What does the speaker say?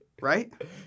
Right